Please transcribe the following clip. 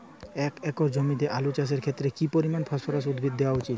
এক একর জমিতে আলু চাষের ক্ষেত্রে কি পরিমাণ ফসফরাস উদ্ভিদ দেওয়া উচিৎ?